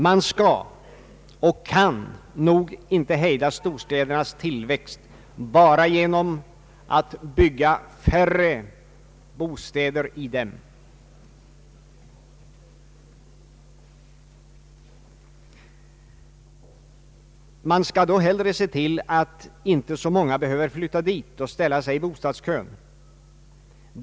Man skall och kan nog inte hejda storstädernas tillväxt bara genom att bygga färre bostäder i dem. Man skall då hellre se till att inte så många behöver flyt ta dit och ställa sig i bostadskön.